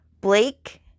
Blake